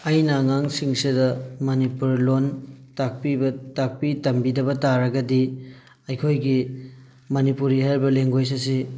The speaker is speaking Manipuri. ꯑꯩꯅ ꯑꯉꯥꯡꯁꯤꯡꯁꯤꯗ ꯃꯅꯤꯄꯨꯔ ꯂꯣꯟ ꯇꯥꯛꯄꯤꯕ ꯇꯥꯛꯄꯤ ꯇꯝꯕꯤꯗꯕ ꯇꯥꯔꯒꯗꯤ ꯑꯩꯈꯣꯏꯒꯤ ꯃꯅꯤꯄꯨꯔꯤ ꯍꯥꯏꯔꯤꯕ ꯂꯦꯡꯒꯣꯏꯁ ꯑꯁꯤ